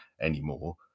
anymore